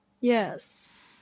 Yes